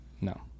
No